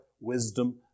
wisdom